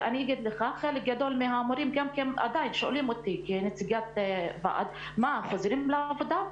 חלק גדול מהמורים עדיין שואלים אותי כנציגת ועד: האם חוזרים לעבודה?